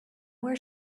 where